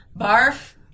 barf